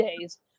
days